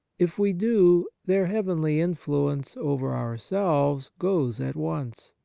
if we do, their heavenly influence over ourselves goes at once.